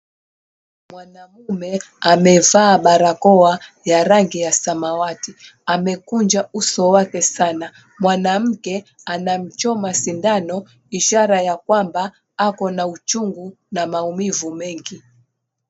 Mwanaume amevaa barakoa ya rangi ya samawati amekunja uso wake sana .Mwanamke anamchoma sindano ishara ya kwamba ako na uchungu na maumivu mengi.